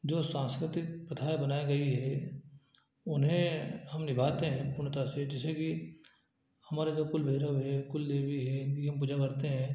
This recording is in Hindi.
जो सांस्कृतिक प्रथाएँ बनाई गई हैं उन्हें हम निभाते हैं पूर्णतः से जैसे कि हमारा जो कुल भैरव है कुल देवी है इनकी हम पूजा करते हैं